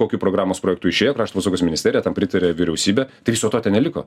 kokiu programos projektu išėjo krašto apsaugos ministerija tam pritarė vyriausybė tai viso to ten neliko